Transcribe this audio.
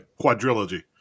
quadrilogy